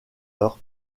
heures